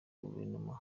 guverinoma